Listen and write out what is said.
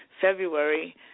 February